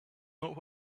not